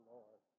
Lord